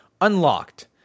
Unlocked